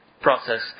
process